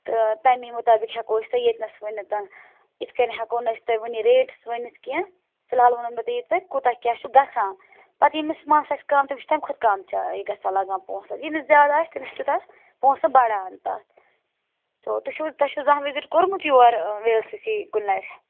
تہٕ تمی مطابِق ہٮ۪کو أسۍ تۄہہِ ییٚتہِ نَس ؤنِتھ اِتھ کٔنۍ ہٮ۪کو نہٕ أسۍ تۄہہِ وٕنہِ ریٹٕس ؤنِتھ کیٚنٛہہ فِلحال ووٚنو مےٚ تۄہہِ یِتھ پٲٹھۍ کوٗتاہ کیٛاہ چھُ گژھان پَتہٕ ییٚمِس مَس آسہِ کَم تٔمِس چھُ تمہِ کھۄتہٕ کَم چا یہِ گژھان لَگان پونٛسہٕ ییٚمِس زیادٕ آسہِ تٔمِس چھِ تیوٗتاہ پونٛسہٕ بَڑان تَتھ تہٕ تُہۍ چھُ تۄہہِ چھُ زانٛہہ وِزِٹ کوٚرمُت your V L C C کُنہِ لَٹہِ